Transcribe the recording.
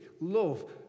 love